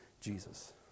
Jesus